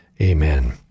amen